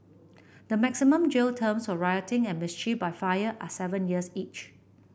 the maximum jail terms of rioting and mischief by fire are seven years each